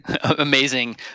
amazing